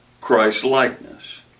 Christ-likeness